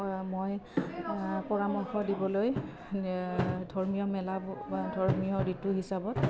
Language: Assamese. মই পৰামৰ্শ দিবলৈ ধৰ্মীয় মেলা বা ধৰ্মীয় ঋতু হিচাপত